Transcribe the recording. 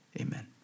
amen